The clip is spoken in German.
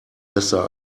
besser